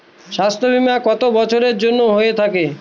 স্বাস্থ্যবীমা কত বছরের জন্য হয়ে থাকে?